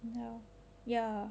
you know ya